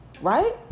right